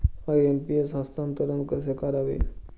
IMPS हस्तांतरण कसे करावे?